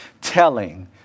telling